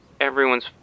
everyone's